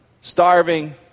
starving